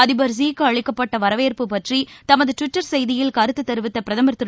அதிபர் லீ க்கு அளிக்கப்பட்ட வரவேற்பு பற்றி தமது ட்விட்டர் செய்தியில் கருத்து தெரிவித்த பிரதமர் திரு